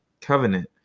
covenant